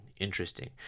interesting